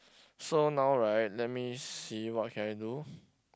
so now right let me see what can I do